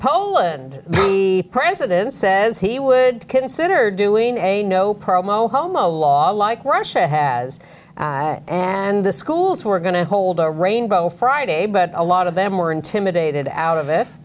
poland the president says he would consider doing a no promo homo law like russia has and the schools who are going to hold a rainbow friday but a lot of them are intimidated out of it